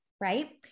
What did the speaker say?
right